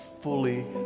fully